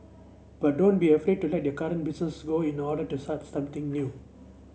but don't be afraid to let your current business go in order to start something new